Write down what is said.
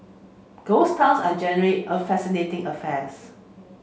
ghost towns are generally a fascinating affairs